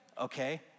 okay